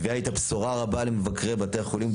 היא מביאה איתה בשורה רבה למבקרי בתי החולים,